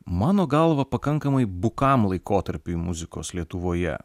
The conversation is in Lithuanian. mano galva pakankamai bukam laikotarpiui muzikos lietuvoje